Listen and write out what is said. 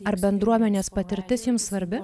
ar bendruomenės patirtis jums svarbi